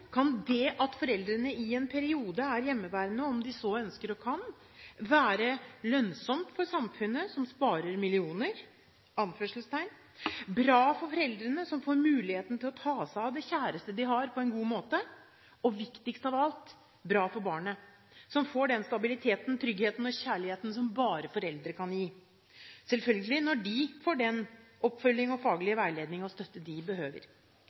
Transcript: kan det at foreldrene i er periode er hjemmeværende – om de ønsker og kan – være lønnsomt for samfunnet, som «sparer millioner» bra for foreldrene, som får mulighet til å ta seg av det kjæreste de har på en god måte bra for barnet – viktigst av alt – som får den stabiliteten, tryggheten og kjærligheten bare foreldre kan gi, selvfølgelig når de får den oppfølging og faglige veiledning og støtte de behøver